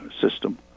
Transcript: system